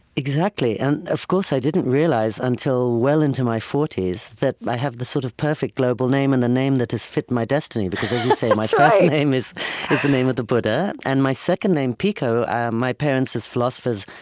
exactly. and of course, i didn't realize until well into my forty s that i have the sort of perfect global name and the name that has fit my destiny because, as you say, my first name is name of the buddha. and my second name, pico ah my parents, as philosophers,